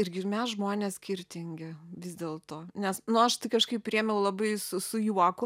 irgi mes žmonės skirtingi vis dėlto nes nu aš tai kažkaip priėmiau labai su su juoku